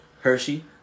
Hershey